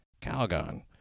Calgon